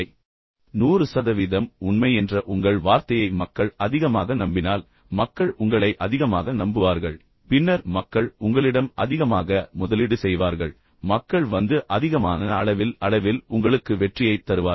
100 சதவீதம் உண்மை என்ற உங்கள் வார்த்தையை மக்கள் அதிகமாக நம்பினால் மக்கள் உங்களை அதிகமாக நம்புவார்கள் பின்னர் மக்கள் உங்களிடம் அதிகமாக முதலீடு செய்வார்கள் மக்கள் வந்து அதிகமான அளவில் அளவில் உங்களுக்கு வெற்றியைத் தருவார்கள்